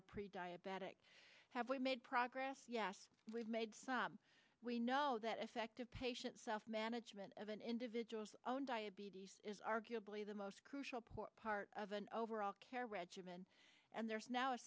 are pre diabetic have we made progress yes we've made some we know that effective patient self management of an individual's own diabetes is arguably the most crucial point part of an overall care regimen and there's now a